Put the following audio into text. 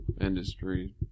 industry